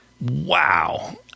wow